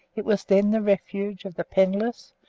it was then the refuge of the penniless,